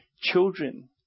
children